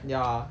ya